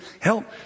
help